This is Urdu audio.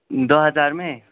دو ہزار میں